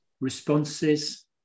responses